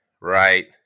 right